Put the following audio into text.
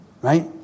right